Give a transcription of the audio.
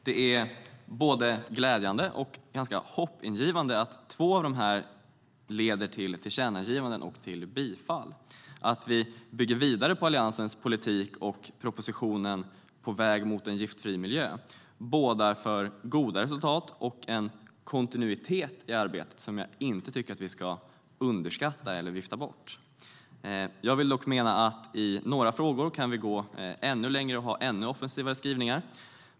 Det är både glädjande och ganska hoppingivande att två av dessa leder till tillkännagivanden och bifall. Att vi bygger vidare på Alliansens politik och propositionen På väg mot e n giftfri vardag borgar för goda resultat och en kontinuitet i arbetet som vi inte ska underskatta eller vifta bort. Jag menar dock att vi i några frågor kan gå ännu längre och ha ännu mer offensiva skrivningar.